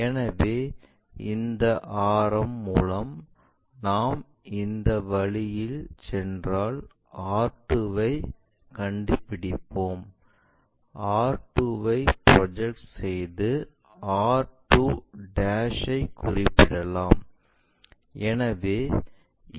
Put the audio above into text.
எனவே இந்த ஆரம் மூலம் நாம் இந்த வழியில் சென்றாள் r2 ஐ கண்டுபிடிப்போம் r2 ஐ ப்ரொஜெக்ட் செய்து r2 ஐ குறிப்பிடலாம்